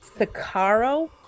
Sakaro